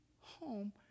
home